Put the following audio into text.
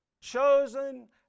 Chosen